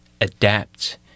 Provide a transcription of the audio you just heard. adapt